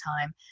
time